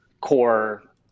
core